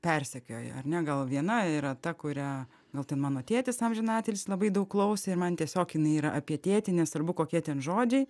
persekioja ar ne gal viena yra ta kurią gal tai mano tėtis amžiną atilsį labai daug klausė ir man tiesiog jinai yra apie tėtį nesvarbu kokie ten žodžiai